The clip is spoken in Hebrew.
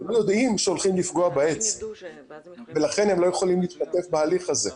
לא יודעים שהולכים לפגוע בעץ ולכן הם לא יכולים להתבטא בהליך הזה.